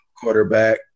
quarterback